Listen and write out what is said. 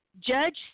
Judge